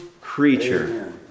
creature